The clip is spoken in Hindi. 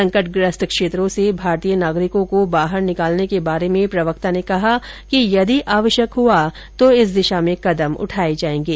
संकटग्रस्त क्षेत्रों से भारतीय नागरिकों को बाहर निकालने के बारे में प्रवक्ता ने कहा कि यदि आवश्यक हुआ तो इस दिशा में कदम उठाए जायेंगे